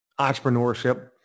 Entrepreneurship